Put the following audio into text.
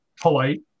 polite